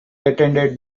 attended